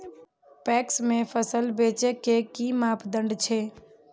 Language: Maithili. पैक्स में फसल बेचे के कि मापदंड छै?